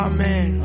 Amen